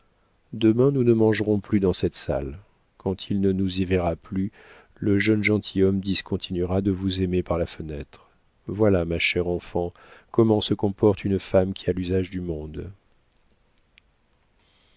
demain nous ne mangerons plus dans cette salle quand il ne nous y verra plus le jeune gentilhomme discontinuera de vous aimer par la fenêtre voilà ma chère enfant comment se comporte une femme qui a l'usage du monde